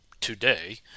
today